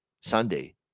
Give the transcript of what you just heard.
Sunday